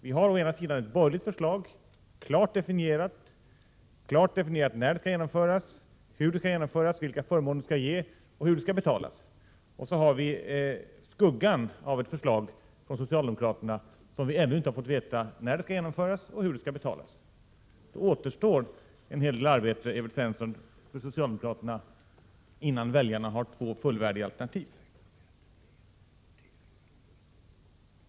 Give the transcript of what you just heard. Vi har å ena sidan ett borgerligt förslag, där det klart definieras när förslaget skall genomföras, hur det skall genomföras, vilka förmåner det skall ge och hur det skall betalas. Och så har vi skuggan av ett förslag från socialdemokraterna, om vilket vi ännu inte har fått veta när det skall genomföras och hur det skall betalas. Det återstår, Evert Svensson, en hel del arbete för socialdemokraterna innan väljarna har två fullvärdiga alternativ.